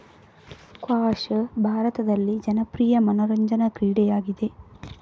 squash ಭಾರತದಲ್ಲಿ ಜನಪ್ರಿಯ ಮನರಂಜನಾ ಕ್ರೀಡೆಯಾಗಿದೆ